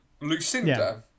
Lucinda